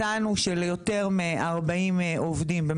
367 עובדים זרים נדגמו,